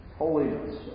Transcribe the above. holiness